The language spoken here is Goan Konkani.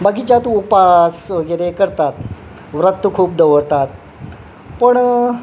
बाकीच्या तूं उपास करतात वर्त खूब दवरतात पूण